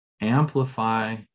amplify